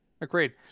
Agreed